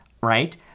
right